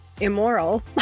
immoral